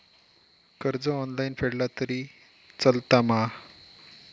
कर्ज ऑनलाइन फेडला तरी चलता मा?